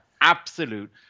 absolute